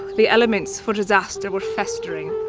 the elements for disaster were festering.